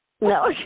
No